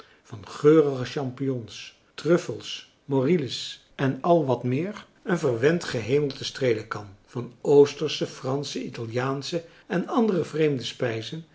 van geurige champignons truffels morilles en al wat meer een verwend verhemelte streelen kan van oostersche fransche italiaansche en andere vreemde spijzen